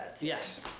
yes